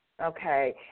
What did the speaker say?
Okay